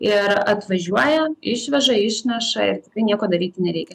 ir atvažiuoja išveža išneša ir tikrai nieko daryti nereikia